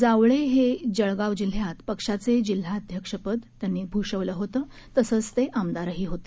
जावळे हे जळगाव जिल्ह्यात पक्षाचे जिल्हाध्यक्ष पद भूषवल होत तसंच ते आमदारही होते